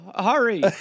Hurry